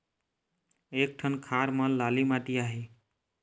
एक ठन खार म लाली माटी आहे?